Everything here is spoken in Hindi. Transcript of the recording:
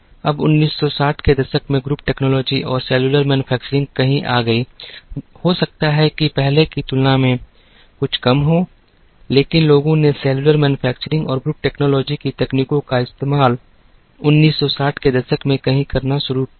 अब 1960 के दशक में ग्रुप टेक्नोलॉजी या सेल्युलर मैन्युफैक्चरिंग कहीं आ गई हो सकता है कि पहले की तुलना में कुछ कम हो लेकिन लोगों ने सेल्युलर मैन्युफैक्चरिंग और ग्रुप टेक्नोलॉजी की तकनीकों का इस्तेमाल 1960 के दशक में कहीं करना शुरू कर दिया